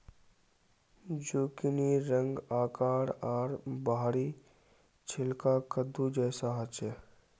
जुकिनीर रंग, आकार आर बाहरी छिलका कद्दू जैसा ह छे